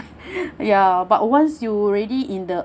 ya but once you already in the